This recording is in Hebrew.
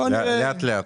לאט לאט.